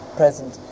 present